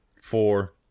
four